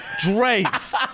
drapes